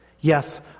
Yes